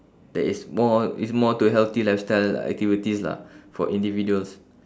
that is more is more to healthy lifestyle activities lah for individuals